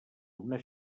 una